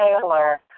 Taylor